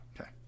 Okay